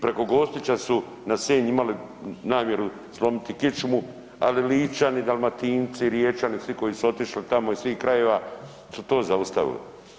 Preko Gospića su na Senj imati namjeru slomiti kičmu ali Ličani, Dalmatinci, Riječani, svi koji su otišli tamo iz svih krajeva su to zaustavili.